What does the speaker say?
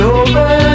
over